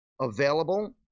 available